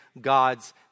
God's